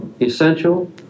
essential